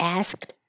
asked